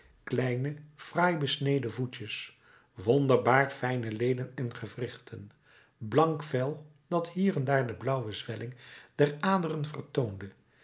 kleine fraai besneden voetjes wonderbaar fijne leden en gewrichten blank vel dat hier en daar de blauwe zwelling der aderen vertoonde